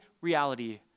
reality